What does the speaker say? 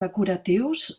decoratius